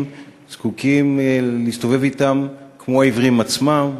צריכים להסתובב אתם כמו העיוורים עצמם.